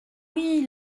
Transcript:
oui